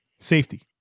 Safety